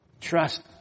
Trust